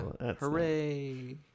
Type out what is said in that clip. Hooray